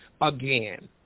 again